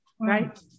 Right